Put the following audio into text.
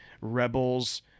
Rebels